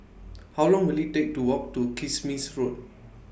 How Long Will IT Take to Walk to Kismis Road